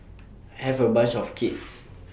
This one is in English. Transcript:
have A bunch of kids